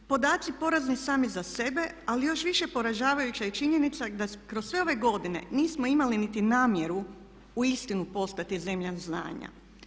Podaci porazni sami za sebe ali još više poražavajuća je činjenica da kroz sve ove godine nismo imali niti namjeru uistinu postati zemlja znanja.